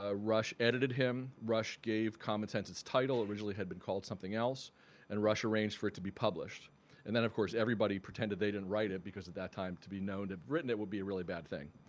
ah rush edited him, rush gave common sense its title. originally it had been called something else and rush arranged for it to be published and then of course everybody pretended they didn't write it because at that time to be known to written it would be a really bad thing.